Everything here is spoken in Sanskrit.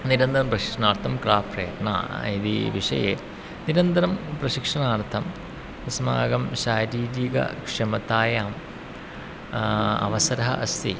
निरन्तरं प्रशिक्षणार्थं क्राप्रेना इति विषये निरन्तरं प्रशिक्षणार्थम् अस्माकं शारीरिकक्षमतायाम् अवसरः अस्ति